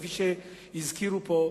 כפי שהזכירו פה.